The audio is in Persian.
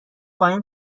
قایم